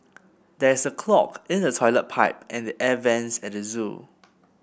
there is a clog in the toilet pipe and the air vents at the zoo